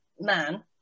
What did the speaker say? man